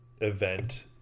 event